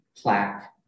plaque